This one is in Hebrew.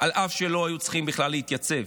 אף שהם לא היו צריכים בכלל להתייצב,